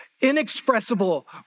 inexpressible